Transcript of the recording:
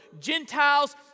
Gentiles